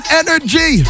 energy